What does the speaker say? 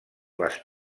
les